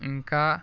ఇంకా